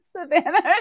Savannah